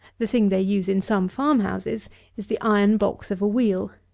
the thing they use in some farm-houses is the iron box of a wheel.